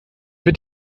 wird